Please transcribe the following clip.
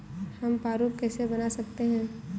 हम प्रारूप कैसे बना सकते हैं?